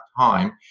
time